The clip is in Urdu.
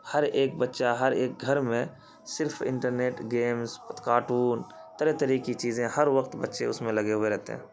ہر ایک بچہ ہر ایک گھر میں صرف انٹرنیٹ گیمس کارٹون طرح طرح کی چیزیں ہر وقت بچے اس میں لگے ہوئے رہتے ہیں